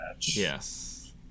Yes